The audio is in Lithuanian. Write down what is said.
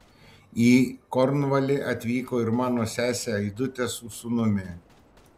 į kornvalį atvyko ir mano sesė aidutė su sūnumi